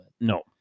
No